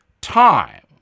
time